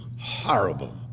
horrible